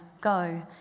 go